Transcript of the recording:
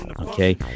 Okay